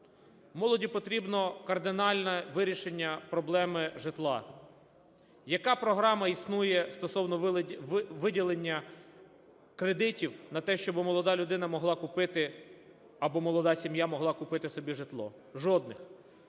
Молоді потрібне кардинальне вирішення проблеми житла. Яка програма існує стосовно виділення кредитів на те, щоб молода людина могла купити або молода сім'я могла купити собі житло? Жодних.